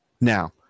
Now